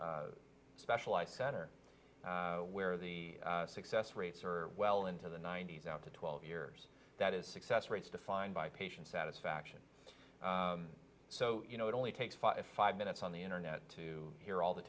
a specialized center where the success rates are well into the ninety's down to twelve years that is success rates defined by patient satisfaction so you know it only takes five five minutes on the internet to hear all the